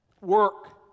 work